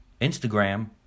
Instagram